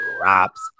drops